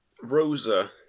Rosa